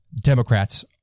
Democrats